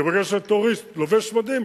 כי ברגע שהטרוריסט לובש מדים,